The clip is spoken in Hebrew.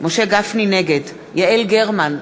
נגד יעל גרמן,